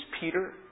Peter